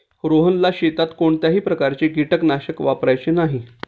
रोहनला शेतात कोणत्याही प्रकारचे कीटकनाशक वापरायचे नाही